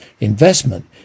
investment